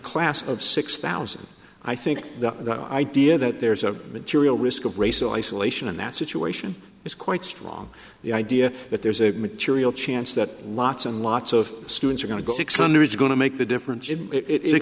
class of six thousand i think the idea that there's a material risk of race so isolation in that situation is quite strong the idea that there's a material chance that lots and lots of students are going to go six under is going to make the difference it